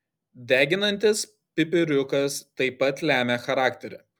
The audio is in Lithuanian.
deginantis pipiriukas taip pat lemia charakterį